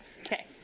Okay